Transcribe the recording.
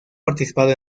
participado